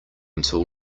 until